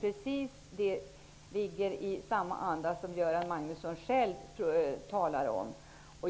Det arbetet följer samma anda som Göran Magnusson talade om.